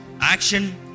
action